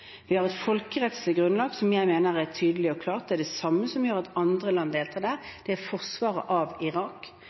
Vi har et folkerettslig grunnlag som jeg mener er tydelig og klart. Det er det samme som gjør at andre land deltar der: Det er forsvaret av Irak,